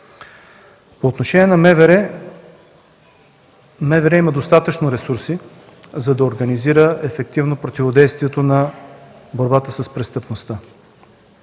на вътрешните работи, то има достатъчно ресурси, за да организира ефективно противодействието на борбата с престъпността.